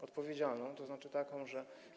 Odpowiedzialną to znaczy taką, że.